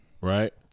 right